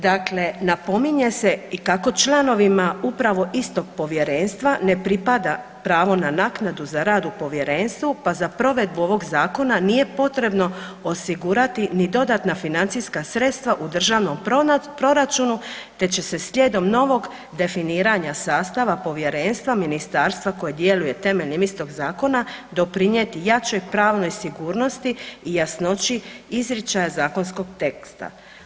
Dakle, napominje se i kako članovima upravo istog Povjerenstva ne pripada pravo na naknadu za rad u Povjerenstvu, pa za provedbu ovog Zakona nije potrebno osigurati ni dodatna financijska sredstva u Državnom proračunu, te će se slijedom novog definiranja sastava Povjerenstva Ministarstva koje djeluje temeljem istog Zakona doprinijeti jačoj pravnoj sigurnosti i jasno i izričaja zakonskog teksta.